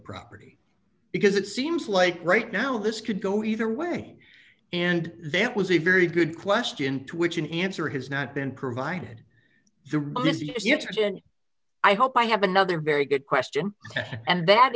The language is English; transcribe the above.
property because it seems like right now this could go either way and that was a very good question to which an answer has not been provided because yesterday and i hope i have another very good question and that